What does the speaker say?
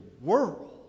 world